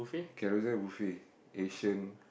Carousel buffet Asian